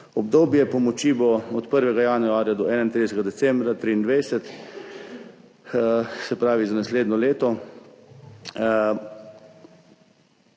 Obdobje pomoči bo od 1. januarja do 31. decembra 2023, se pravi za naslednje leto.